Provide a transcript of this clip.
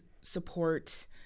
support